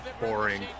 Boring